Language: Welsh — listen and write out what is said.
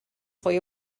fwy